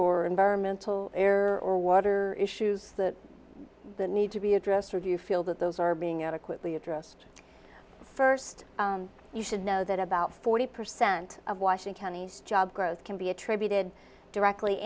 or environmental air or water issues the need to be addressed or do you feel that those are being adequately addressed first you should know that about forty percent of washing counties job growth can be attributed directly